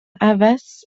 havas